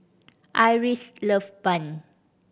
Iris love bun